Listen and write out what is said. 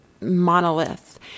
monolith